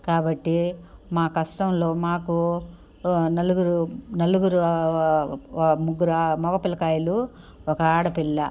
కాబట్టి మా కష్టంలో మాకు నలుగురు నలుగురు ముగ్గురు మగ పిల్లకాయలు ఒక ఆడపిల్ల